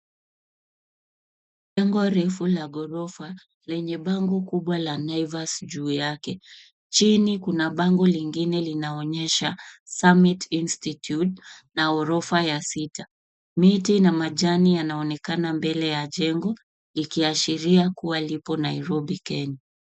Jengo refu la ghorofa lenye bango kubwa la naivas juu yake chini kuna bango lingine linaonyesha sasa summit institute na ghorofa ya sita miti na majani yanaonekana mbele ya jengo ikiashiria kuwa lipo Nairobi.